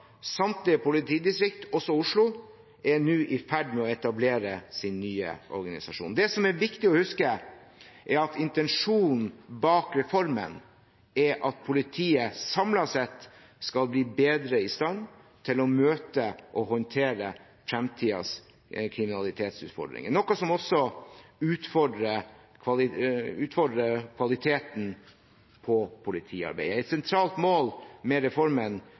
Samtlige politidistrikt, også Oslo, er nå i ferd med å etablere sin nye organisasjon. Det som er viktig å huske, er at intensjonen bak reformen er at politiet samlet sett skal bli bedre i stand til å møte og håndtere fremtidens kriminalitetsutfordringer, noe som også utfordrer kvaliteten på politiarbeidet. Et sentralt mål med reformen